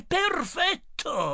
perfetto